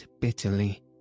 bitterly